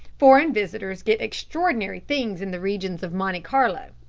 foreign visitors get extraordinary things in the regions of monte carlo,